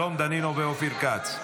שלום דנינו ואופיר כץ.